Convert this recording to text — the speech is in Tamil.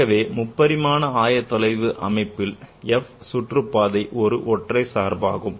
ஆகவே முப்பரிமாண ஆயத்தொலைவு அமைப்பில் f சுற்றுப்பாதை ஒரு ஒற்றை சார்பாகும்